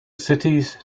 cities